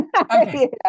Okay